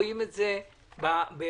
נתונים מהחשב הכללי נוכל לשבת ביחד.